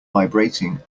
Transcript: vibrating